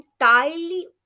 entirely